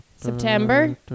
September